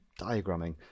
diagramming